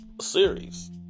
series